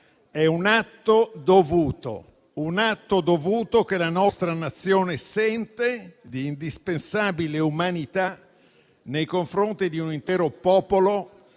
dall'Ucraina è un atto dovuto che la nostra Nazione sente di indispensabile umanità nei confronti di un intero popolo.